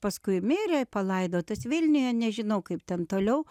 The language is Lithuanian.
paskui mirė palaidotas vilniuje nežinau kaip ten toliau